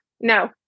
no